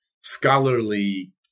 scholarly